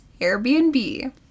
Airbnb